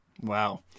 Wow